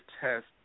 test